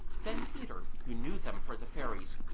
then peter, who knew them for the fairies,